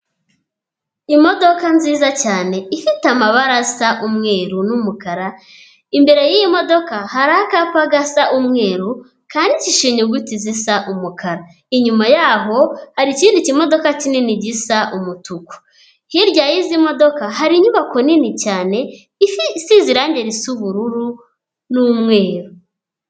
Imodoka nziza cyane ifite amabarasa umweru n'umukara. Imbere y'iyimodoka hari akapa gasa umweru, kandikishishe inyuguti zisa umukara. Inyuma yaho hari ikindi kimodoka kinini gisa umutuku. Hirya y'izi modoka hari inyubako nini cyane isize irangi ry'ubururu n'umweru.